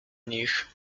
nich